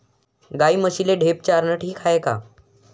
गाई म्हशीले ढेप चारनं ठीक हाये का?